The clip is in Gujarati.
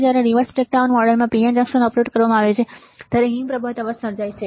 જ્યારે રિવર્સ બ્રેકડાઉન મોડેલમાં PN જંકશન ઓપરેટ કરવામાં આવે છે ત્યારે હિમપ્રપાત અવાજ સર્જાય છે